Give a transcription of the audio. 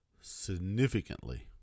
significantly